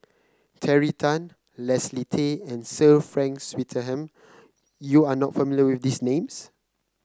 Terry Tan Leslie Tay and Sir Frank Swettenham you are not familiar with these names